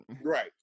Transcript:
Right